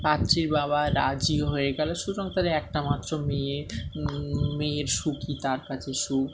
পাত্রীর বাবা রাজি হয়ে গেল সুতরাং তার একটা মাত্র মেয়ে মেয়ের সুখই তার কাছে সুখ